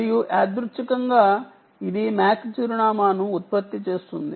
మరియు యాదృచ్చికంగా ఇది MAC అడ్రస్ను ఉత్పత్తి చేస్తుంది